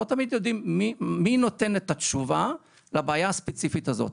לא תמיד יודעים מי נותן את התשובה לבעיה הספציפית הזאת.